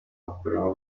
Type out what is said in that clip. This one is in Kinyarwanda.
bakuramo